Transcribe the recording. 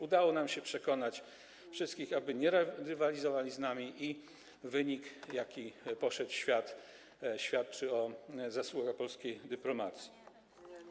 Udało nam się przekonać wszystkich, aby nie rywalizowali z nami, i wynik, jaki poszedł w świat, świadczy o zasługach polskiej dyplomacji.